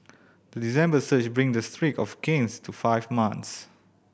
the December surge bring the streak of gains to five months